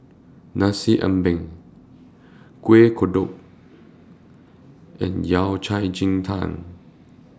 Nasi Ambeng Kueh Kodok and Yao Cai Ji Tang